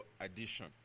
addition